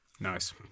Nice